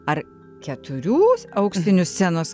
ar keturių auksinių scenos